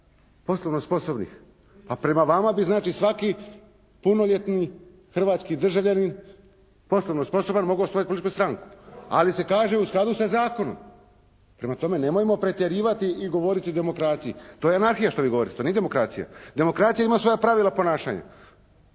poslovnih sposobni. Pa prema vama bi znači svaki punoljetni hrvatski državljanin poslovni sposoban mogao osnovati političku stranku. Ali se kaže u skladu sa zakonom. Prema tome, nemojmo pretjerivati i govoriti o demokraciji. To je anarhija što vi govorite. To nije demokracija. Demokracija ima svoja pravila ponašanja.